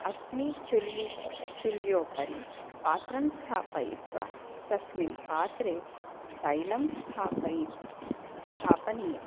अग्निचुल्लि चुल्योपरि पात्रं स्थापयित्वा तस्मिन् पात्रे तैलं स्थापयि स्थापनीयम्